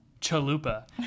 Chalupa